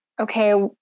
okay